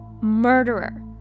murderer